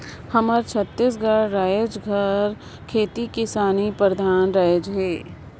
हमर छत्तीसगढ़ राएज हर खेती किसानी परधान राएज हवे